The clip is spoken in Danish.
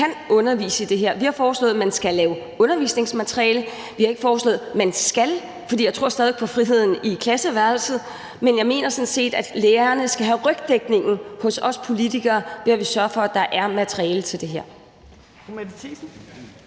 kan undervise i det her. Vi har foreslået, at man skal lave undervisningsmateriale. Vi har ikke foreslået, at man skal, for jeg tror stadig væk på friheden i klasseværelset, men jeg mener sådan set, at lærerne skal have rygdækning hos os politikere, ved at vi sørger for, at der er materiale til det her.